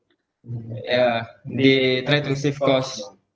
yeah they try to save costs so